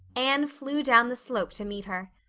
anne flew down the slope to meet her.